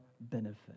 benefit